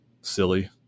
silly